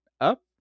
up